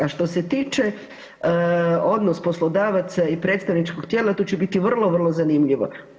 A što se tiče odnos poslodavaca i predstavničkog tijela to će biti vrlo, vrlo zanimljivo.